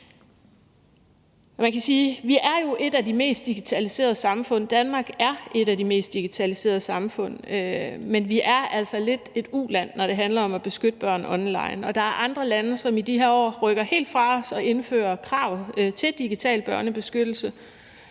ikke håndhævet. Man kan sige, at Danmark er et af de mest digitaliserede samfund, men vi er altså lidt et uland, når det handler om at beskytte børn online, og der er andre lande, som i de her år rykker helt fra os og indfører krav til digital børnebeskyttelse,